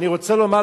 ואני רוצה לומר,